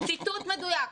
ציטוט מדויק.